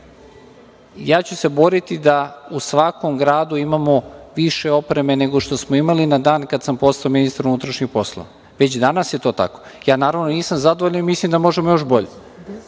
ja ću se boriti da u svakom gradu imamo više opreme nego što smo imali na dan kada sam postao ministar unutrašnjih poslova. Već danas je to tako. Naravno da nisam zadovoljan i mislim da možemo još bolje.